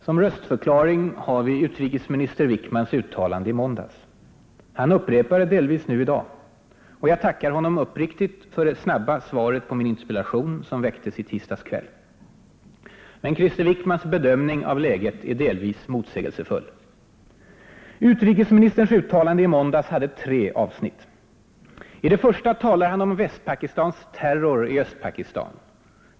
Som röstförklaring har vi utrikesminister Wickmans uttalande i måndags, han upprepar det delvis i dag. Jag tackar honom uppriktigt för det snabba svaret på min interpellation, som väcktes i tisdags kväll. Men Krister Wickmans bedömning av läget är delvis motsägelsefull. Utrikesministerns uttalande i måndags hade tre avsnitt. I det första talar han om Västpakistans ”terror” i Östpakistan.